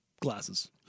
glasses